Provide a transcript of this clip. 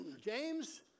James